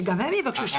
שם הם יבקשו שיפוי.